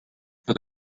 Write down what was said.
for